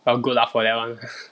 well good luck for that [one]